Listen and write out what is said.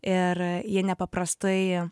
ir jie nepaprastai